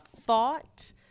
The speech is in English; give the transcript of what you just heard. thought